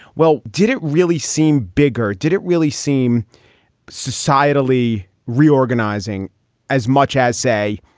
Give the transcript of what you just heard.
well, did it really seem bigger? did it really seem societally reorganizing as much as, say,